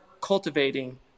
cultivating